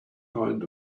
kind